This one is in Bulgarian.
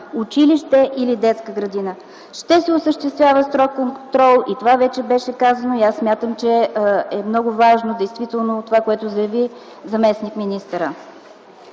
училище или детска градина. Ще се осъществява строг контрол, което вече беше казано и смятам, че е много важно това, което заяви заместник-министърът.